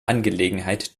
angelegenheit